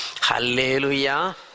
Hallelujah